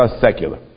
secular